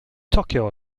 tokyo